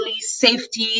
safety